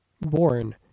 Born